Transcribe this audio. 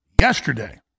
yesterday